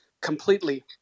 completely